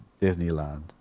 Disneyland